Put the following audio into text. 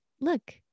look